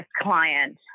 client